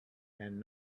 and